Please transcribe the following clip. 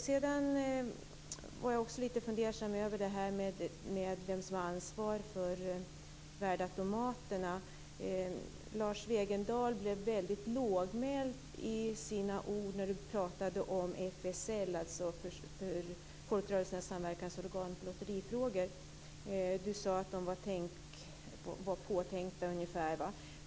Jag är också lite fundersam över frågan om vem som har ansvar för värdeautomaterna. Lars Wegendal, du blev väldigt lågmäld i dina ord när du pratade om FSL, alltså Folkrörelsernas samarbetsorgan i Lotterifrågor. Du sade ungefär att detta organ var påtänkt.